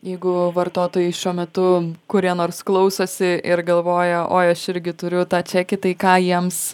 jeigu vartotojai šiuo metu kurie nors klausosi ir galvoja oi aš irgi turiu tą čekį tai ką jiems